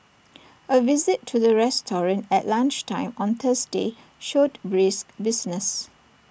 A visit to the restaurant at lunchtime on Thursday showed brisk business